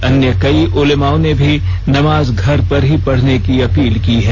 अन्य कई उलेमाओं ने भी नमाज घर पर ही पढ़ने की अपील की है